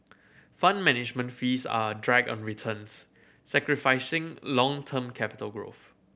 Fund Management fees are a drag on returns sacrificing long term capital growth